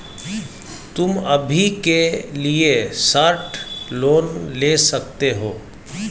तुम अभी के लिए शॉर्ट लोन ले सकते हो